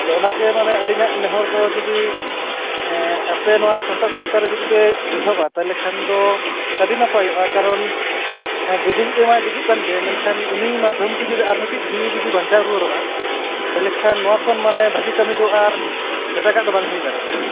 ᱟᱫᱚ ᱚᱱᱟᱜᱮ ᱢᱟᱱᱮ ᱟᱹᱞᱤᱧᱟᱜ ᱱᱮᱦᱚᱨᱫᱚ ᱡᱩᱫᱤ ᱟᱯᱮ ᱱᱚᱣᱟ ᱥᱟᱱᱛᱟᱲ ᱥᱟᱶᱛᱟ ᱨᱮ ᱡᱩᱫᱤ ᱯᱮ ᱮᱦᱚᱵᱟ ᱛᱟᱦᱚᱞᱮ ᱠᱷᱟᱱ ᱫᱚ ᱟᱹᱰᱤ ᱱᱟᱯᱟᱭᱚᱜᱼᱟ ᱠᱟᱨᱚᱱ ᱜᱩᱡᱩᱜᱼᱤᱡ ᱢᱟᱭ ᱜᱩᱡᱩ ᱠᱟᱱᱜᱮ ᱢᱮᱱᱠᱷᱟᱱ ᱩᱱᱤ ᱢᱟᱫᱫᱷᱚᱢ ᱛᱮ ᱡᱩᱫᱤ ᱟᱨ ᱢᱤᱫᱴᱟᱝ ᱡᱤᱭᱤ ᱡᱩᱫᱤ ᱵᱟᱧᱪᱟᱣ ᱨᱩᱭᱟᱹᱲᱚᱜᱼᱟ ᱛᱟᱦᱚᱞᱮ ᱠᱷᱟᱱ ᱱᱚᱣᱟ ᱠᱷᱚᱱ ᱵᱷᱟᱜᱮ ᱠᱟᱹᱢᱤ ᱫᱚ ᱟᱨ ᱮᱴᱟᱜ ᱫᱚ ᱵᱟᱝ ᱦᱩᱭ ᱫᱟᱲᱮᱭᱟᱜᱼᱟ